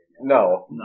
no